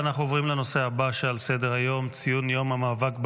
אנחנו עוברים לנושא הבא שעל סדר-היום: ציון יום המאבק בפשיעה,